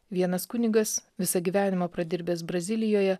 vienas kunigas visą gyvenimą pradirbęs brazilijoje